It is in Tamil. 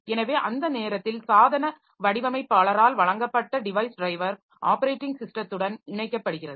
எனவே அந்த நேரத்தில் சாதன வடிவமைப்பாளரால் வழங்கப்பட்ட டிவைஸ் டிரைவர் ஆப்பரேட்டிங் ஸிஸ்டத்துடன் இணைக்கப்படுகிறது